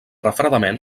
refredament